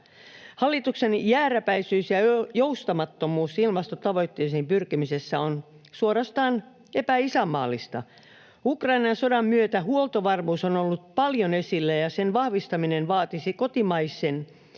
Hallituksen jääräpäisyys ja joustamattomuus ilmastotavoitteisiin pyrkimisessä on suorastaan epäisänmaallista. Ukrainan sodan myötä huoltovarmuus on ollut paljon esillä ja sen vahvistaminen vaatisi kotimaisten